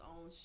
own